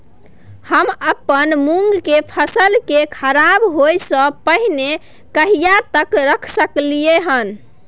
हम अपन मूंग के फसल के खराब होय स पहिले कहिया तक रख सकलिए हन?